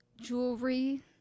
jewelry